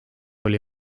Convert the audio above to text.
oli